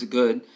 good